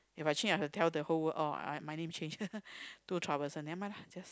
If I change I have to tell the whole world oh my name changed too troublesome nevermind lah just